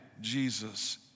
Jesus